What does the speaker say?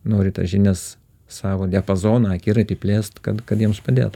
nori tas žinias savo diapazoną akiratį plėst kad kad jiems padėt